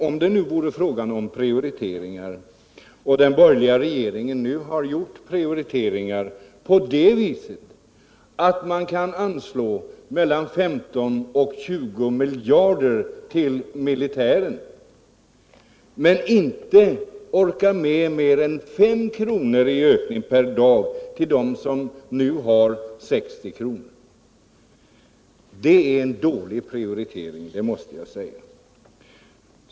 Om det är fråga om prioriteringar och den borgerliga regeringen nu har gjort en sådan på det viset att den kan anslå mellan 15 och 20 miljarder till militären men inte orkar med mer än 5 kronors ökning per dag till dem som nu har 60 kr. i arbetsmarknadsunderstöd, tycker jag det är en dålig prioritering; det måste jag säga!